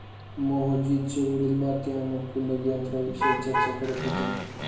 मोहजितचे वडील माती अनुकूलक यंत्राविषयी चर्चा करत होते